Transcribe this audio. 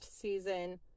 season